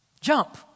Jump